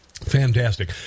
Fantastic